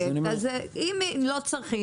אם לא צריך